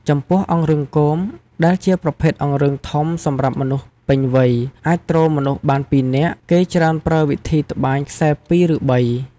ចំពោះអង្រឹងគម ដែលជាប្រភេទអង្រឹងធំសម្រាប់មនុស្សពេញវ័យ អាចទ្រមនុស្សបានពីរនាក់ គេច្រើនប្រើវិធីត្បាញខ្សែរ ២ ឬ ៣ ។